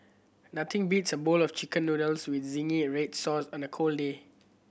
nothing beats a bowl of Chicken Noodles with zingy red sauce on a cold day